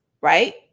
right